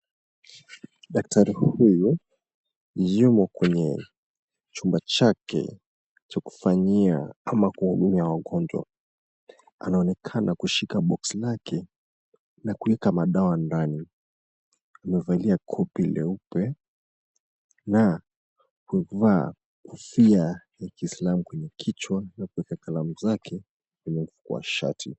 Daktari huyu yumo kwenye chumba chake cha kufanyia ama kuhudumia wagonjwa. Anaonekana kushika boxi lake na kueka madawa ndani. Amevalia koti nyeupe na kuvaa kofia ya kiislamu kwenye kichwa na kuweka kalamu zake kwenye mifuko wa shati.